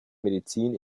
medizin